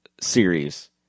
series